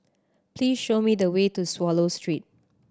please show me the way to Swallow Street